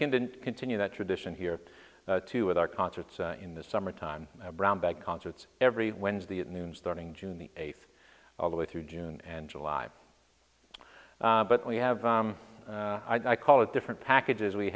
then continue that tradition here too with our concerts in the summertime brown bag concerts every wednesday at noon starting june the eighth all the way through june and july but we have i call it different packages we